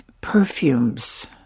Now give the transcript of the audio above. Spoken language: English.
perfumes